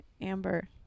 Amber